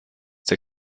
der